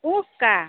ऊख का